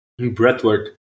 breathwork